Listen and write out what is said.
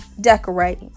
decorate